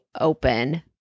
open